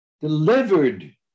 delivered